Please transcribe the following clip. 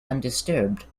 undisturbed